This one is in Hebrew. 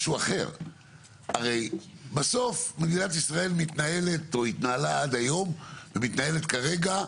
הרי בסוף מדינת ישראל התנהלה עד היום ומתנהלת כרגע,